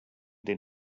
den